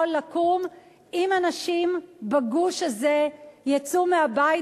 יכול לקום אם אנשים בגוש הזה יצאו מהבית